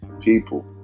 people